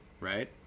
right